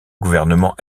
gouvernement